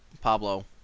Pablo